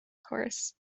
course